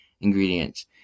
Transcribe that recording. ingredients